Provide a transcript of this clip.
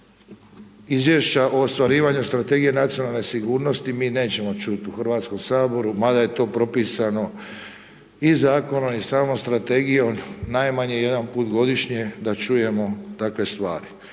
izvješća o ostvarivanju strategije nacionalne sigurnosti mi nećemo čuti u Hrvatskom saboru, mada je to propisano iz zakonom i samom strategijom najmanje jedanput godišnje da čujemo takve stvari.